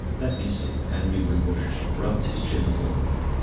let me see, henry wimbush rubbed his chin thoughtfully.